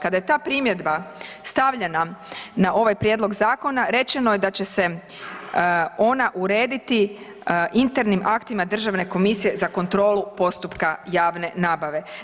Kada je ta primjedba stavljena na ovaj prijedlog zakona rečeno je da će se ona urediti internim aktima Državne komisije za kontrolu postupka javne nabave.